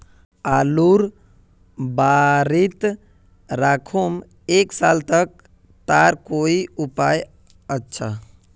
आलूर बारित राखुम एक साल तक तार कोई उपाय अच्छा?